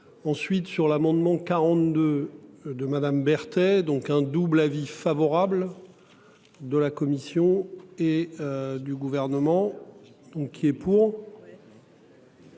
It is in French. Ensuite, sur l'amendement 42 de Madame Berthet donc un double avis favorable. De la commission et du gouvernement. Donc il est pour.